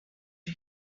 you